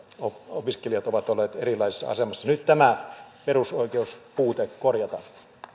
opiskelijat ovat olleet erilaisessa asemassa nyt tämä perusoikeuspuute korjataan